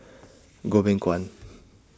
Goh Beng Kwan